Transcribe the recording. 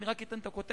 אני רק אתן את הכותרת,